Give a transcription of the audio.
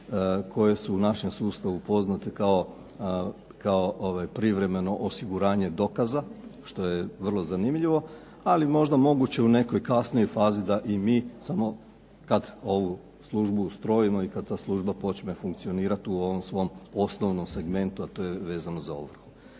koje su u našem sustavu poznate kao privremeno osiguranje dokaza, što je vrlo zanimljivo, ali možda moguće u nekoj kasnijoj fazi da i mi samo kad ovu službu ustrojimo i kad ta služba počne funkcionirati u ovom svom osnovnom segmentu, a to je vezano za ovrhu.